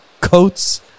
coats